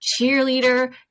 cheerleader